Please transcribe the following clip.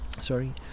sorry